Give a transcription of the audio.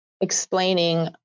explaining